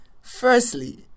Firstly